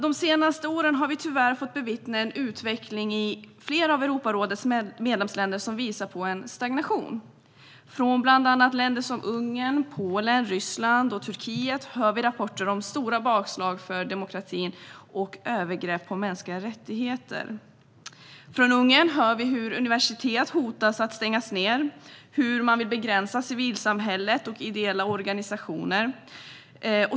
De senaste åren har vi tyvärr fått bevittna en utveckling i flera av Europarådets medlemsländer som visar på en stagnation. Från bland annat Ungern, Polen, Ryssland och Turkiet hör vi rapporter om stora bakslag för demokratin och övergrepp på mänskliga rättigheter. Från Ungern hör vi hur man hotar att stänga ned universitet och hur man vill begränsa civilsamhället och ideella organisationer.